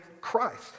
Christ